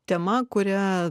tema kurią